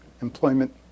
employment